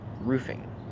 roofing